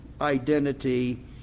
identity